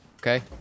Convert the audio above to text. okay